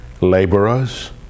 Laborers